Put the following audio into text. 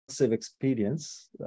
experience